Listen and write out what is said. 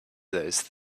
those